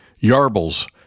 Yarbles